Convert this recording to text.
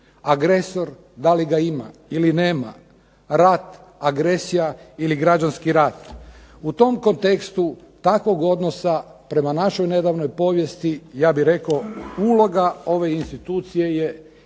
agresor da li ga ima ili nema, rat agresija ili građanski rat. U tom kontekstu takvog odnosa prema našoj nedavnoj povijesti ja bih rekao uloga ove institucije je od